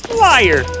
Liar